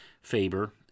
Faber